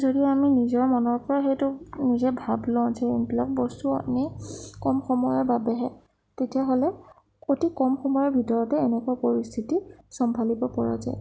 যদি আমি নিজৰ মনৰ পৰা সেইটো নিজে ভাৱ লওঁ যে এইবিলাক বস্তু আমি কম সময়ৰ বাবেহে তেতিয়াহ'লে অতি কম সময়ৰ ভিতৰতে এনেকুৱা পৰিস্থিতি চম্ভালিব পৰা যায়